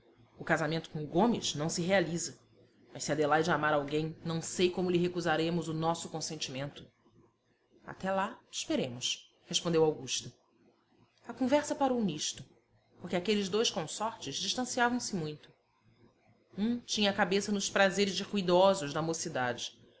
o casamento com o gomes não se realiza mas se adelaide amar alguém não sei como lhe recusaremos